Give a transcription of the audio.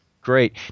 Great